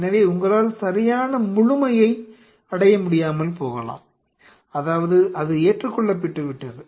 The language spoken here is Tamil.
எனவே உங்களால் சரியான முழுமையை அடைய முடியாமல் போகலாம் அதாவது அது ஏற்றுக்கொள்ளப்பட்டுவிட்டது